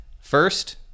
First